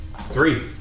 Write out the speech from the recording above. Three